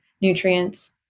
nutrients